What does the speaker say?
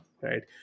right